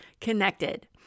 connected